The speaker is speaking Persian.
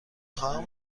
خواهم